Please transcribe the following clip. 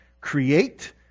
create